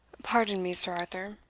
pardon me, sir arthur,